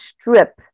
strip